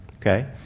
Okay